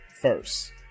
first